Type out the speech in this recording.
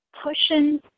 pushing